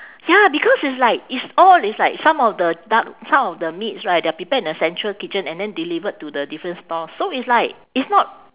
ya because it's like it's all it's like some of the duck some of the meats right they are prepared in the central kitchen and then delivered to the different stalls so it's like it's not